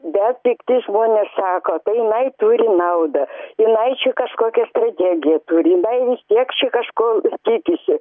bet pikti žmonės sako tai jinai turi naudą jinai čia kažkokia strategiją turi jinai vis tiek čia kažko tikisi